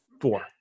Four